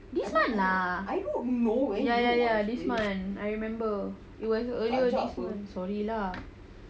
this month lah ya ya ya this month I remember it was earlier this month sorry lah